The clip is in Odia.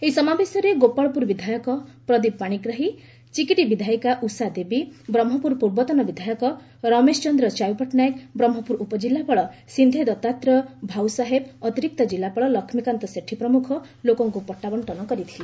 ଏହି ସମାବେଶରେ ଗୋପାଳପୁର ବିଧାୟକ ପ୍ରଦୀପ ପାଶିଗ୍ରାହୀ ଚିକିଟି ବିଧାୟିକା ଉଷା ଦେବୀ ବ୍ରହ୍କପୁର ପୂର୍ବତନ ବିଧାୟକ ରମେଶ ଚନ୍ଦ୍ର ଚ୍ୟାଉ ପଟ୍ଟନାୟକ ବ୍ରହ୍କପୁର ଉପଜିଲ୍ଲାପାଳ ସିନ୍ଧେ ଦଉାତ୍ରେୟ ଭାଉ ସାହେବ ଅତିରିକ୍ତ ଜିଲ୍ଲାପାଳ ଲକ୍ଷୀକାନ୍ତ ସେଠୀ ପ୍ରମୁଖ ଲୋକଙ୍ଙୁ ପଟା ବକ୍କନ କରିଥିଲେ